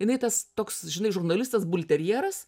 jinai tas toks žinai žurnalistas bulterjeras